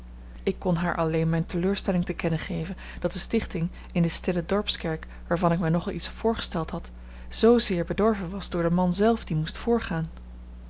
ik kon haar alleen mijn teleurstelling te kennen geven dat de stichting in de stille dorpskerk waarvan ik mij nogal iets voorgesteld had zoozeer bedorven was door den man zelf die moest voorgaan